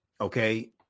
Okay